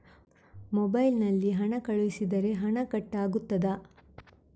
Mobile ನಲ್ಲಿ ಹಣ ಕಳುಹಿಸಿದರೆ ಹಣ ಕಟ್ ಆಗುತ್ತದಾ?